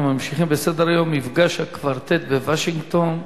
אנחנו ממשיכים בסדר-היום: מפגש הקוורטט בוושינגטון,